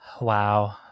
Wow